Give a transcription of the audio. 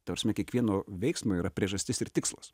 ta prasme kiekvieno veiksmo yra priežastis ir tikslas